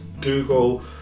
Google